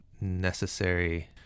necessary